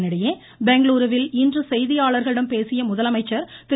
இதனிடையே பெங்களுருவில் இன்று செய்தியாளர்களிடம் பேசிய முதலமைச்சர் திரு